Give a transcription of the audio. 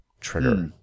trigger